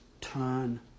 turn